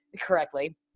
correctly